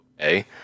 okay